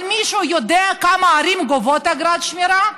אבל מישהו יודע כמה ערים גובות אגרת שמירה?